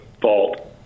fault